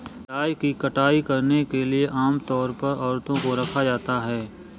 चाय की कटाई करने के लिए आम तौर पर औरतों को रखा जाता है